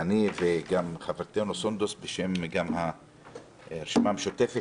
אני וחברתנו סונדוס בשם הרשימה המשותפת